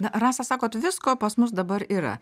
na rasa sakot visko pas mus dabar yra